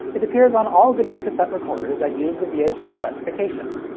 it appears on all videocassette recorders that use the vhs specifications,